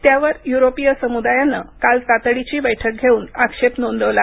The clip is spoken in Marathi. त्यावर युरोपीय समुदायानं काल तातडीची बैठक घेऊन आक्षेप नोंदवला